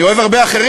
אני שואלת,